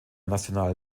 nacional